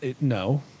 no